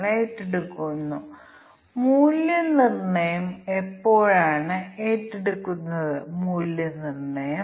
അതിനാൽ ഇവിടെ ചില പ്രത്യേക കോമ്പിനേഷനുകളെ ആശ്രയിച്ച് ഞങ്ങൾ ഈ പ്രവർത്തനങ്ങൾ പ്രദർശിപ്പിക്കും